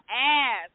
ass